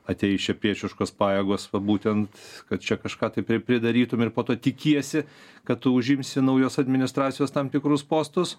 ateis čia priešiškos pajėgos va būtent kad čia kažką tai pri pridarytum ir po to tikiesi kad tu užimsi naujos administracijos tam tikrus postus